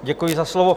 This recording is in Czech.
Děkuji za slovo.